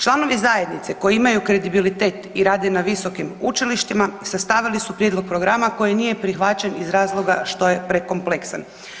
Članovi zajednice koji imaju kredibilitet i rade na visokim učilištima sastavili su prijedlog programa koji nije prihvaćen iz razloga što je prekompleksan.